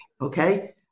Okay